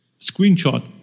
screenshot